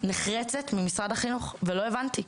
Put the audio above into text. נחרצת ממשרד החינוך, ולא הבנתי.